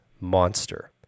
monster